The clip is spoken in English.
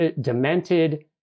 demented